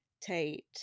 Tate